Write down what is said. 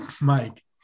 Mike